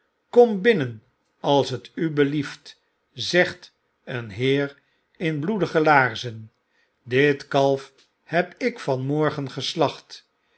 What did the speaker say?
kom binnen als t u belieft zegt een heer in bloedige laarzen dit kalf heb ik vanmorgen geslacht